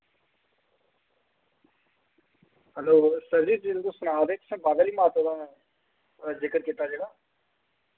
hello sir ji जेह्ड़ी तुस सना दे हे तुसैं बावे आह्ली दा जिक्र कीत्ता गेदा